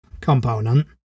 component